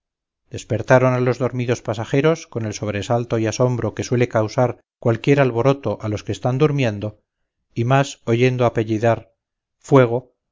despertaron a los dormidos pasajeros con el sobresalto y asombro que suele causar cualquier alboroto a los que están durmiendo y más oyendo apellidar fuego